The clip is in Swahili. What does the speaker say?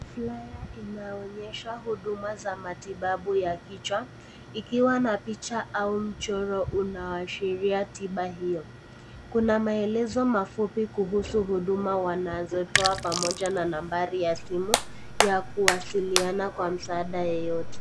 Flyer inaonyesha huduma za matibabu ya kichwa ikiwa na picha au mchoro unaoashiria tiba hiyo. Kuna maelezo mafupi kuhusu huduma wanazotoa pamoja nambari ya simu ya kuwasiliana kwa masada yeyote.